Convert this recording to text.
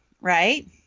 right